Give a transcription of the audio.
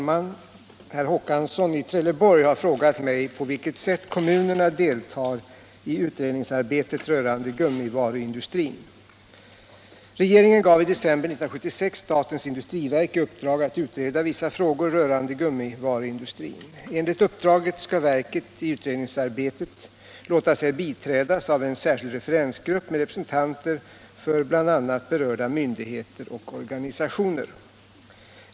vandlingen inom Herr talman! Herr Håkansson i Trelleborg har frågat mig på vilket gummiindustrin sätt kommunerna deltar i utredningsarbetet rörande gummivaruindustrin.